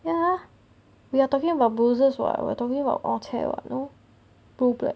ya we are talking about bruises what we're talking about oh cheng what you know blue blood